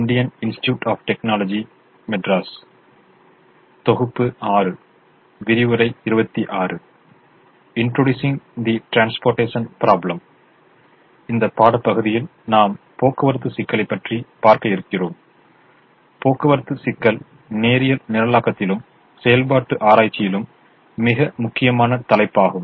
இந்த பாடப்பகுதியில் நாம் போக்குவரத்து சிக்கலைப் பற்றி பார்க்க இருக்கிறோம் போக்குவரத்து சிக்கல் நேரியல் நிரலாக்கத்திலும் செயல்பாட்டு ஆராய்ச்சியிலும் மிக முக்கியமான தலைப்பாகும்